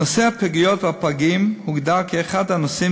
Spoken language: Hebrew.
נושא הפגיות והפגים הוגדר כאחד הנושאים